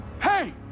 Hey